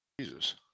Jesus